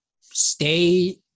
stay